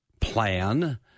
plan